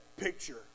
picture